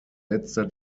letzter